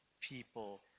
people